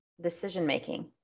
decision-making